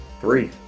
Three